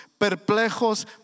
Perplejos